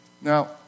Now